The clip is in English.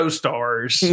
stars